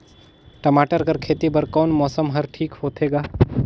टमाटर कर खेती बर कोन मौसम हर ठीक होथे ग?